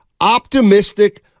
optimistic